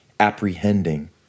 Apprehending